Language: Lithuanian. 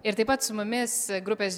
ir taip pat su mumis grupės